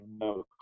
no